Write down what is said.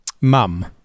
mum